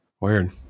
Weird